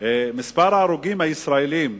מספריים, מספר ההרוגים הישראלים